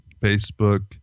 Facebook